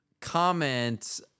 comments